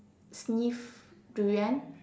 sniff durian